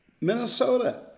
Minnesota